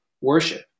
worship